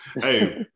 Hey